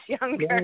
younger